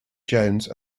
jones